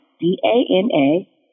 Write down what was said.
D-A-N-A